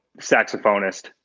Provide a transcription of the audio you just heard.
saxophonist